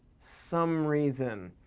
some reason.